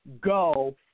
go